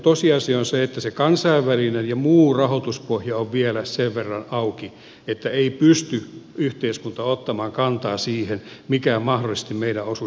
tosiasia on se että se kansainvälinen ja muu rahoituspohja on vielä sen verran auki että ei pysty yhteiskunta ottamaan kantaa siihen mikä mahdollisesti meidän osuus voisi olla